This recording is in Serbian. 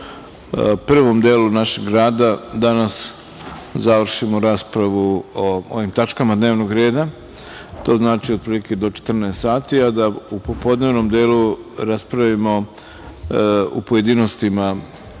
prvom delu našeg rada danas završimo raspravu o ovim tačkama dnevnog reda. To znači otprilike do 14 časova, a da u popodnevnom delu raspravimo u pojedinostima